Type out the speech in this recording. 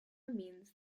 means